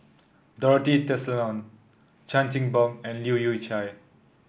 Dorothy Tessensohn Chan Chin Bock and Leu Yew Chye